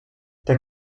der